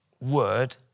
word